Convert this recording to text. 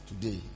today